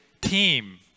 team